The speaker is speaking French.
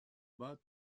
bas